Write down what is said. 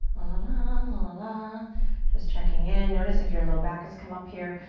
ah just checking in. notice if your low back has come up here.